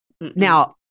now